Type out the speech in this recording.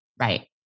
Right